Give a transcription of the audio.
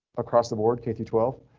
across the board, k through twelve.